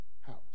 house